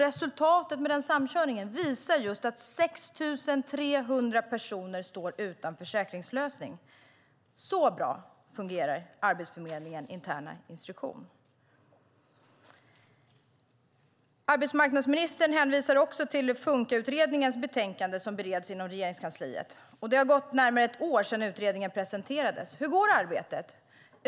Resultatet av samkörningen visade att 6 300 personer stod utan försäkringslösning. Så bra fungerar Arbetsförmedlingens interna instruktion. Arbetsmarknadsministern hänvisar också till FunkA-utredningens betänkande som bereds inom Regeringskansliet. Det har gått närmare ett år sedan utredningen presenterades. Hur går arbetet?